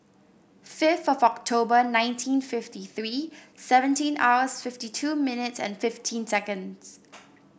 fifth of October nineteen fifty three seventeen hours fifty two minutes and fifteen seconds